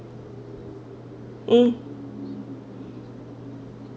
um